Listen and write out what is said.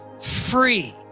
free